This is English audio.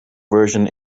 version